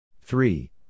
three